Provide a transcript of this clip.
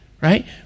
right